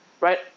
right